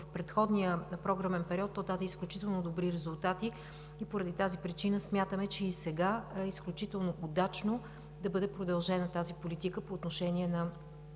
предходния програмен период то даде изключително добри резултати. Поради тази причина смятаме, че и сега е изключително удачно да бъде продължена тази политика по отношение на